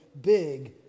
big